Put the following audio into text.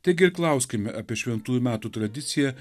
taigi ir klauskime apie šventųjų metų tradiciją